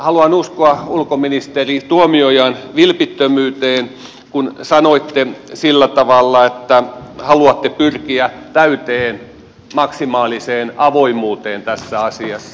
haluan uskoa ulkoministeri tuomiojan vilpittömyyteen kun sanoitte sillä tavalla että haluatte pyrkiä täyteen maksimaaliseen avoimuuteen tässä asiassa